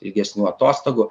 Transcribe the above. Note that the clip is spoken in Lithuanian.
ilgesnių atostogų